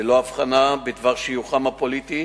ללא הבחנה בדבר שיוכם הפוליטי